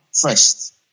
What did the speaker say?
first